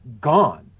gone